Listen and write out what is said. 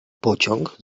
pociąg